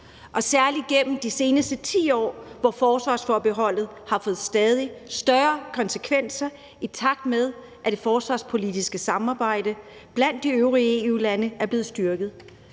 og særlig gennem de seneste 10 år, hvor forsvarsforbeholdet har fået stadig større konsekvenser, i takt med at det forsvarspolitiske samarbejde blandt de øvrige EU-lande er blevet styrket.